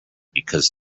because